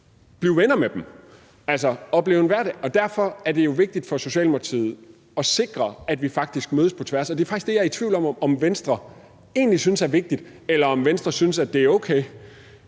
blive venner med dem. Derfor er det jo vigtigt for Socialdemokratiet at sikre, at vi faktisk mødes på tværs, og det er faktisk det, jeg er i tvivl om om Venstre egentlig synes er vigtigt, eller om Venstre synes, at det er okay